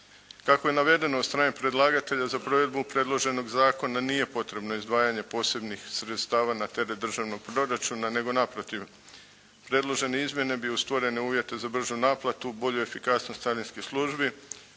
Kako je navedeno od strane predlagatelja za provedbu predloženog zakona nije potrebno izdvajanje posebnih sredstava na teret državnog proračuna, nego naprotiv predložene izmjene bi uz stvorene uvjete za bržu naplatu, bolju efikasnost carinskih službi